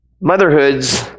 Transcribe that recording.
Motherhood's